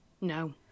No